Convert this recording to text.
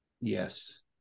yes